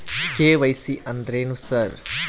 KYC ಅಂದ್ರೇನು sir?